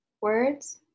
Words